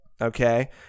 okay